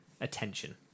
attention